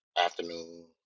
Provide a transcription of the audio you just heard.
afternoon